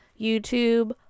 YouTube